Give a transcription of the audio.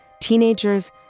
teenagers